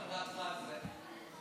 מה דעתך על זה?